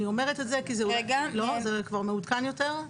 זה כבר מעודכן יותר?